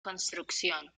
construcción